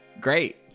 Great